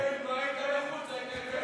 אם לא היית בחוץ היית יודע שכן,